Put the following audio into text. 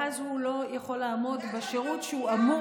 ואז הוא לא יכול לעמוד בשירות שהוא אמור